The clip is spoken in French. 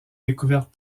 découverte